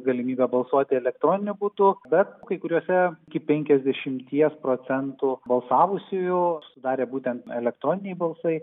galimybė balsuoti elektroniniu būdu bet kai kuriuose iki penkiasdešimties procentų balsavusiųjų sudarė būtent elektroniniai balsai